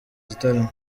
gitaramo